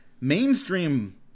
mainstream